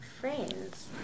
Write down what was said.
Friends